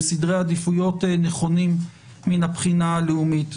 סדרי עדיפויות נכונים מהבחינה הלאומית.